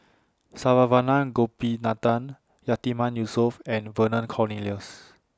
Saravanan Gopinathan Yatiman Yusof and Vernon Cornelius